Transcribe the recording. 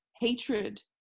hatred